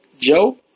Joe